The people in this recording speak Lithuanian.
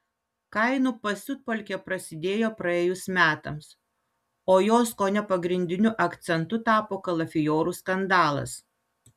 kainų pasiutpolkė prasidėjo praėjus metams o jos kone pagrindiniu akcentu tapo kalafiorų skandalas